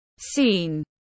scene